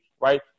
right